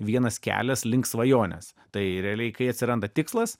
vienas kelias link svajonės tai realiai kai atsiranda tikslas